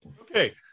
Okay